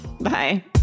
bye